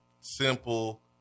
Simple